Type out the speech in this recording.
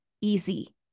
easy